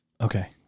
Okay